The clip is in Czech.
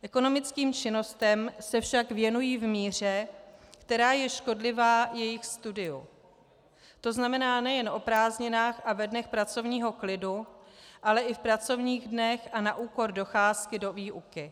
Ekonomickým činnostem se však věnují v míře, která je škodlivá jejich studiu, tzn. nejen o prázdninách a ve dnech pracovního klidu, ale i v pracovních dnech a na úkor docházky do výuky.